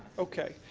okay.